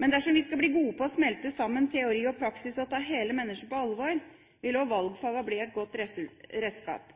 Men dersom vi skal bli gode på å smelte sammen teori og praksis og ta hele mennesket på alvor, vil også valgfagene bli et godt redskap.